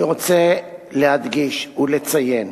אני רוצה להדגיש ולציין,